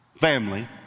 family